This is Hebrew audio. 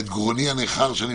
אבל אני